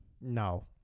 No